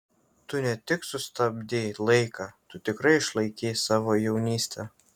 tu ne tik sustabdei laiką tu tikrai išlaikei savo jaunystę